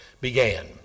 began